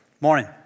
Morning